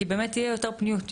כי באמת תהיה יותר פניות,